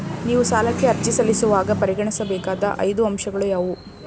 ನೀವು ಸಾಲಕ್ಕೆ ಅರ್ಜಿ ಸಲ್ಲಿಸುವಾಗ ಪರಿಗಣಿಸಬೇಕಾದ ಐದು ಅಂಶಗಳು ಯಾವುವು?